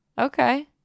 Okay